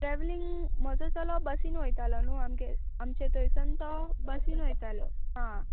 travelling म्हजो चलो बसीन वयतालो न्हू आमगे आमचे थंयसान तो बसीन वयतालो आ